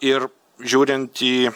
ir žiūrint į